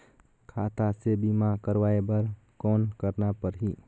खाता से बीमा करवाय बर कौन करना परही?